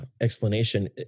explanation